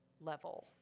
level